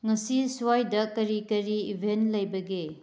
ꯉꯁꯤ ꯁ꯭ꯋꯥꯏꯗ ꯀꯔꯤ ꯀꯔꯤ ꯏꯚꯦꯟ ꯂꯩꯕꯒꯦ